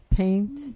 paint